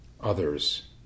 others